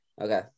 Okay